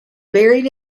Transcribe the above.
buried